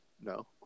No